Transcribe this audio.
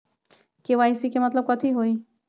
KYC के मतलब कथी होई?